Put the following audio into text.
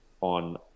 On